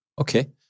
Okay